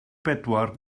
bedwar